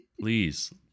please